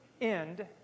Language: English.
end